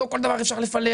לא כל דבר אפשר לפלח,